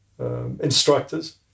instructors